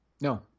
No